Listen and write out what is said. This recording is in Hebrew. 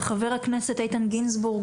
וחבר הכנסת איתן גינזבורג,